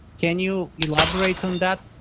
can you elaborate on that?